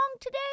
today